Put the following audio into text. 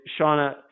Shauna